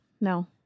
no